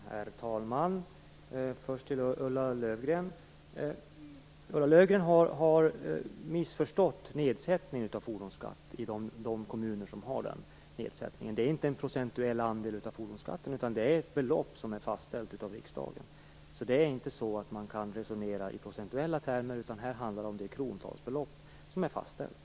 Herr talman! Först till Ulla Löfgren, som har missförstått nedsättningen av fordonskatt i de kommuner som har den. Det är inte en procentuell andel av fordonskatten utan ett belopp som fastställts av riksdagen. Man kan inte resonera i procentuella termer, utan här handlar det om ett krontalsbelopp som är fastställt.